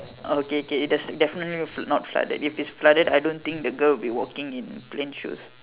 okay k it does it's definitely flood not flooded if it's flooded I don't think the girl will be walking in plain shoes